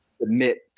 submit